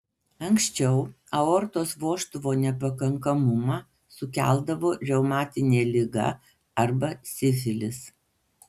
anksčiau aortos vožtuvo nepakankamumą sukeldavo reumatinė liga arba sifilis